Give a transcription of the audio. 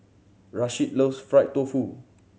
Rasheed loves fried tofu